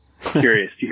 curious